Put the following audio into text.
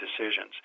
decisions